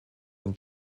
ein